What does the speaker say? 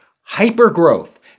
hyper-growth